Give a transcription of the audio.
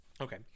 Okay